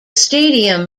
stadium